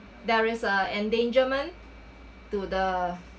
there is a endangerment to the